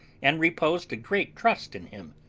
and reposed a great trust in him,